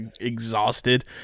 exhausted